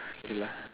K lah